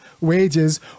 wages